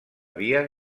via